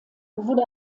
wurde